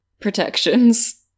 protections